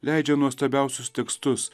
leidžia nuostabiausius tekstus